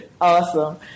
Awesome